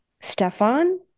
Stefan